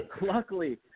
luckily